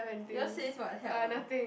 yours says what help ah